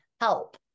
help